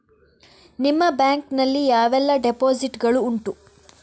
ನಿಮ್ಮ ಬ್ಯಾಂಕ್ ನಲ್ಲಿ ಯಾವೆಲ್ಲ ಡೆಪೋಸಿಟ್ ಗಳು ಉಂಟು?